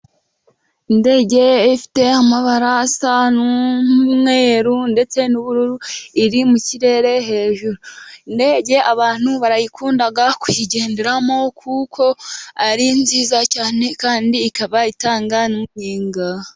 Indege ifite amabara asa n'umweru ,ndetse n'ubururu, iri mu kirere hejuru. Indege abantu barayikunda kuyigenderamo kuko ari nziza cyane ,kandi ikaba itanga n'umunyenga.